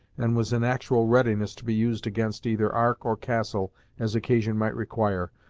and was in actual readiness to be used against either ark or castle as occasion might require,